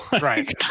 right